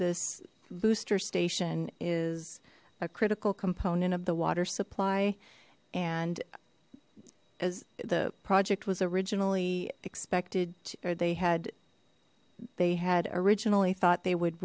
this booster station is a critical component of the water supply and as the project was originally expected or they had they had originally thought they would